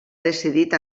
decidit